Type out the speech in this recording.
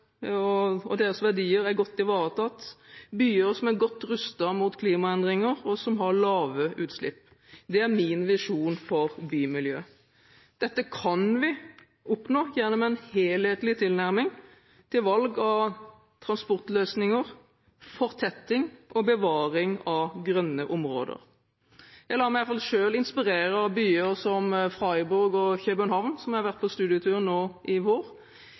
er godt ivaretatt. Det er byer som er godt rustet mot klimaendringer, og som har lave utslipp. Det er min visjon for bymiljø. Dette kan vi oppnå gjennom en helhetlig tilnærming til valg av transportløsninger, fortetting og bevaring av grønne områder. Jeg lar i alle fall meg selv inspirere av byer som Freiburg og København, hvor jeg har vært på studietur i vår.